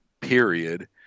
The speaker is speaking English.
period